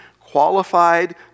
qualified